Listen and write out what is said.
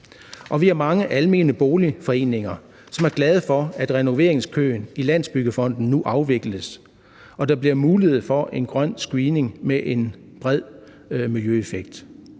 Vi har mange almene boligforeninger, som er glade for, at renoveringskøen i Landsbyggefonden nu afvikles og der bliver mulighed for en grøn screening med en bred miljøeffekt.